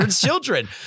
children